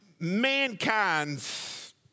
mankind's